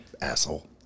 asshole